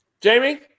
Jamie